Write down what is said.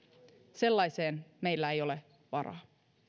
sellaiseen meillä ei ole varaa